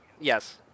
yes